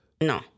No